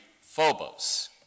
phobos